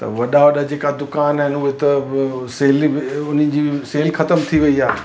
त वॾा वॾा जेका दुकान आहिनि उहे त बि सेल बि उन्हनि जी सेल ख़तम थी वई आहे